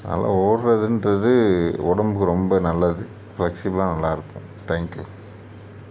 நல்லா ஓடுறதுன்றது உடம்புக்கு ரொம்ப நல்லது ஃப்ளெக்ஸிபிளாக நல்லா இருக்கும் தேங்க்யூ